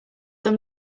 them